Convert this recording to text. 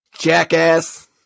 jackass